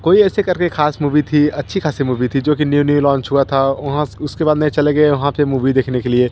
कोई ऐसे कर के ख़ास मुभी थी अच्छी ख़ासी मुभी थी जो कि न्यू न्यू लॉन्च हुआ था वहाँ उसके बाद में चले गए वहाँ पर मुभी देखने के लिए